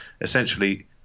Essentially